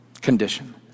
condition